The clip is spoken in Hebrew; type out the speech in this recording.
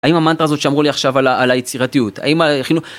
האם המנטרה הזאת שאמרו לי עכשיו על היצירתיות? האם